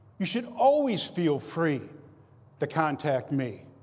you should always feel free to contact me.